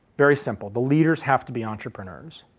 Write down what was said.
very simple, the leaders have to be entrepreneurs.